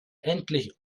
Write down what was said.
endlich